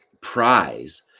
prize